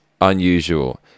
unusual